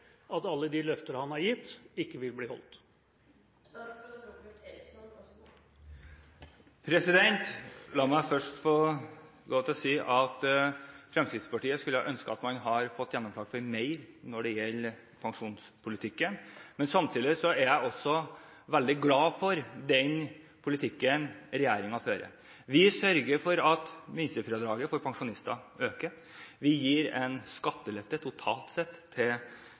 at alle de løfter han har gitt, ikke vil bli holdt? La meg først få lov til å si at Fremskrittspartiet skulle ønske at man hadde fått gjennomslag for mer når det gjelder pensjonspolitikken, men samtidig er jeg også veldig glad for den politikken regjeringen fører. Vi sørger for at minstefradraget for pensjonister øker. Vi gir en skattelette til pensjonister – totalt sett